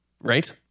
right